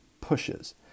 pushes